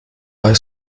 bei